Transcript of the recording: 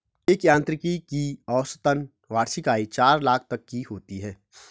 एक यांत्रिकी की औसतन वार्षिक आय चार लाख तक की होती है